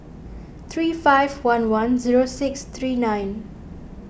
three five one one zero six three nine